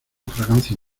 fragancia